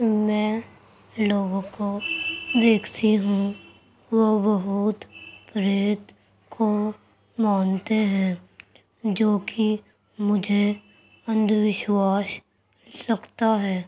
میں لوگوں کو دیکھتی ہوں وہ بھوت پریت کو مانتے ہیں جو کہ مجھے اندھ وشواس لگتا ہے